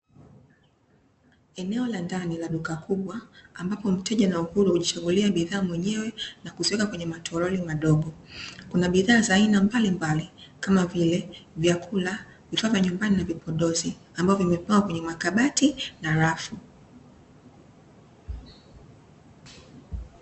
Eneo la ndani la duka kubwa, ambapo mteja anayekuja hujichagulia bidhaa mwenyewe na kuziweka kwenye matoroli madogo. kuna bidhaa za aina mbalimbali, kama vile; vyakula, vifaa vya nyumbani na vipodozi, ambazo zimepangwa kwenye makabati na rafu.